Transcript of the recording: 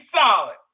solid